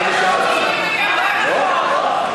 אסור, זה לא נכון.